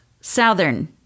southern